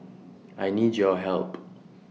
I need your help